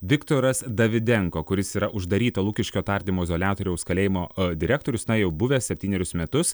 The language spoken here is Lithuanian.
viktoras davidenko kuris yra uždaryto lukiškio tardymo izoliatoriaus kalėjimo direktorius na jau buvęs septynerius metus